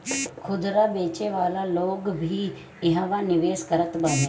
खुदरा बेचे वाला लोग भी इहवा निवेश करत बाने